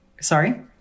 Sorry